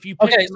Okay